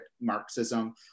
Marxism